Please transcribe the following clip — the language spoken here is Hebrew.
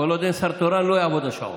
כל עוד אין שר תורן, לא יעבוד השעון.